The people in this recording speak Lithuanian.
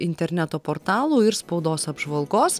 interneto portalų ir spaudos apžvalgos